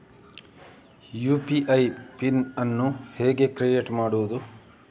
UPI pin ಅನ್ನು ಹೇಗೆ create ಮಾಡುದು?